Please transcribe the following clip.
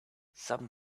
some